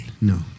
No